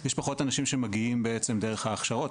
יש פחות אנשים שמגיעים בעצם דרך ההכשרות,